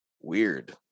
weird